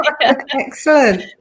Excellent